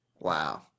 Wow